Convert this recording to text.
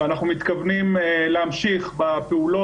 ואנחנו מתכוונים להמשיך בפעולות,